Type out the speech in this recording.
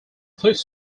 cliff